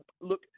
Look